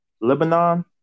Lebanon